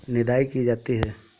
निदाई की जाती है?